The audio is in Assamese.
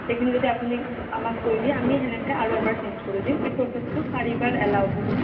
সেইখিনি যদি আপুনি আমাক কৈ দিয়ে আমি সেনেকৈ আৰু এবাৰ চেইনজ কৰি দিম এই প্ৰচেছটো চাৰিবাৰ এলাও কৰোঁ